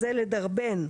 זה לדרבן,